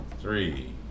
Three